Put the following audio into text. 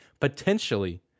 potentially